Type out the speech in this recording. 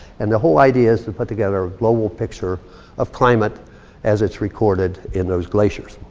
and the whole idea is to put together a global picture of climate as it's recorded in those glaciers.